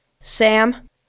Sam